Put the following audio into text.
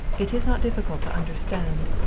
it is not difficult to understand.